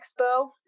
expo